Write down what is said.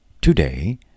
Today